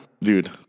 Dude